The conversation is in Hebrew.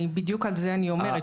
בדיוק על זה אני אומרת.